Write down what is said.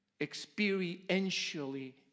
Experientially